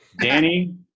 Danny